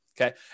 Okay